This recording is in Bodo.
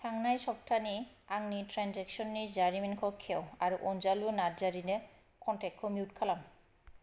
थांनाय सप्तानि आंनि ट्रेन्जेकसन नि जारिमिनखौ खेव आरो अनजालु नार्जारिनो कनटेक्ट खौ मिउट खालाम